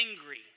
angry